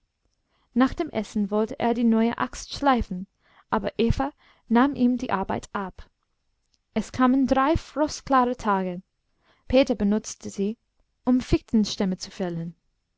nach dem essen wollte er die neue axt schleifen aber eva nahm ihm die arbeit ab es kamen drei frostklare tage peter benützte sie um fichtenstämme zu fällen